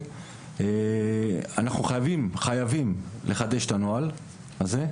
אנחנו חייבים לחדש את הנוהל הזה,